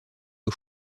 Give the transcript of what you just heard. aux